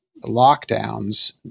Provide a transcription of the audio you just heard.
lockdowns